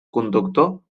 conductor